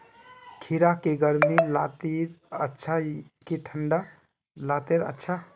खीरा की गर्मी लात्तिर अच्छा ना की ठंडा लात्तिर अच्छा?